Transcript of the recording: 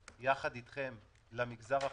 אז הינה, אני אומר כאן בצורה ברורה,